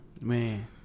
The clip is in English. Man